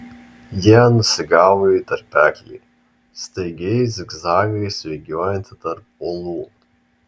jie nusigavo į tarpeklį staigiais zigzagais vingiuojantį tarp uolų